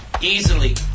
Easily